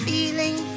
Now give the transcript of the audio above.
Feeling